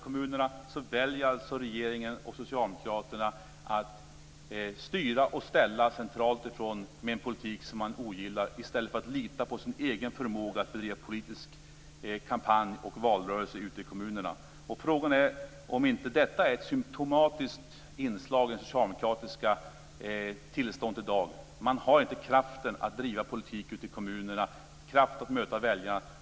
Men regeringen och socialdemokraterna väljer att styra och ställa centralt med en politik som man ogillar, i stället för att lita på sin egen förmåga att bedriva politisk kampanj och valrörelse ute i kommunerna. Frågan är om inte detta är ett symtomatiskt inslag vad gäller socialdemokraterna i dag. Man har inte kraften att driva politik ute i kommunerna och möta väljarna.